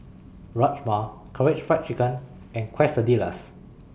Rajma Karaage Fried Chicken and Quesadillas